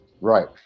Right